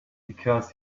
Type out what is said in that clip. because